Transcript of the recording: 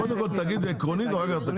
קודם כל תגיד עקרונית ואחר כך תקריא.